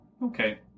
Okay